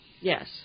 Yes